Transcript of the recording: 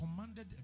commanded